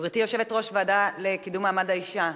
גברתי יושבת-ראש הוועדה לקידום מעמד האשה.